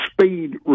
speed